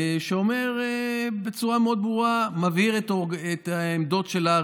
שאומר בצורה מאוד ברורה, מבהיר את העמדות של הר"י.